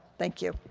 thank you.